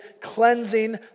cleansing